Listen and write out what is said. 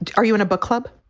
and are you in a book club?